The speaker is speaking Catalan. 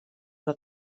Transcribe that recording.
però